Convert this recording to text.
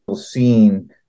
scene